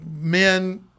men